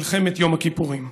מלחמת יום הכיפורים.